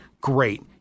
great